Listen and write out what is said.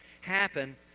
happen